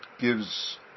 gives